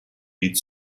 its